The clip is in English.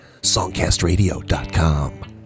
SongcastRadio.com